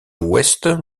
ouest